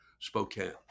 Spokane